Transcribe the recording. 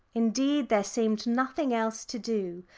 indeed, there seemed nothing else to do.